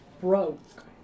broke